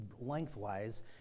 lengthwise